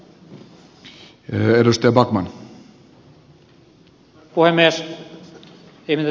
arvoisa puhemies